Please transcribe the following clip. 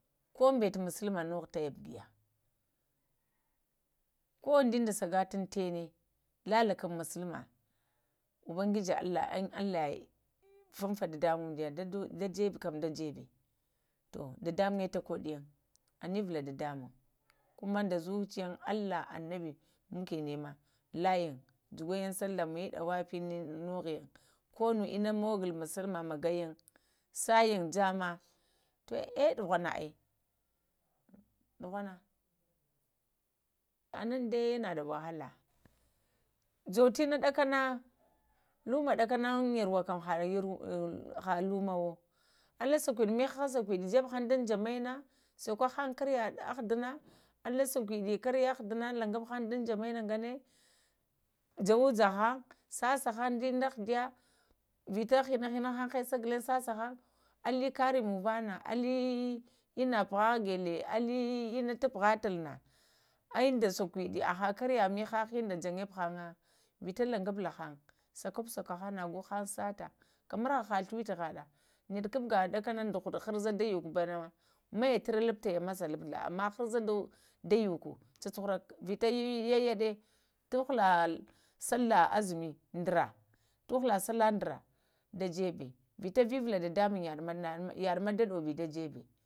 Ko bəte musulma noho taya buguya ko uŋdində sagantaŋ tanə lalaka musulma ubangiji allah fanfa dada muŋm damdəyə kam da jebe to dadamaŋya tokoduyəe ənevala dadamuŋm ko ma da zuciyaŋ allah anabi mukenəma layaŋ yugayaŋ sallah mayi ɗawafi nohoyin ko nuwal inna mogo musluma magayin sayanŋ yammə, to əe ɗughana əe, ɗughana, anan dai yana da wahala, yowo təna ɗakana, luma ɗakana ha luma wo əli shaƙudi, mihaha sheƙudi jebhaŋn dum jammalnah suƙwo haŋn karə əehudu na, lah sheƙudi karaə ahduna luŋguf haŋ dan jammaina ŋgaŋə jawujahaŋ sasa haŋ əhdiya vita hinahina haŋ haisa ghulaŋ sasa haŋ ələ karə muŋvana, ələ ənna gəha ghəle, lə inna tapuvatalna uŋda shekudə haha karə mihahauŋda yənəbhaŋa vita ləgubula haŋə sakub-sako haŋga har sata kamar haha fluvitughaɗa nəɗa kaɗakanana da huɗu harza da yəku bəwa na maya turo lutayama labula g harzada yəkwo, yayaɗa tahula sallah azumi ŋdara, tuhiva ŋdara da yebə vita yabə vivala dadamuŋm